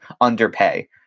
underpay